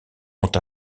ont